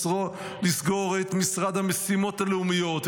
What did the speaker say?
לסגור את משרד המשימות הלאומיות,